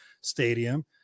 stadium